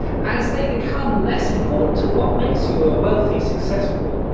as they become less important to what makes you a wealthy, successful,